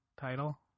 title